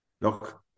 look